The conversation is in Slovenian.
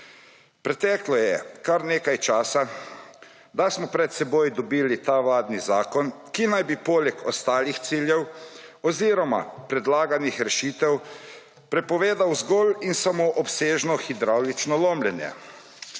Preteklo je kar nekaj časa, da smo pred sabo dobili ta vladni zakon, ki naj bi poleg ostalih ciljev oziroma predlaganih rešitev prepovedal zgolj in samo obsežno hidravlično lomljenje.